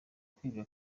kwiga